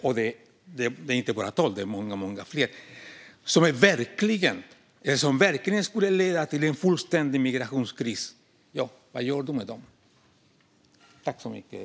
De är inte bara tolv utan många fler. De skulle verkligen leda till en fullständig migrationskris. Vad gör du med dem?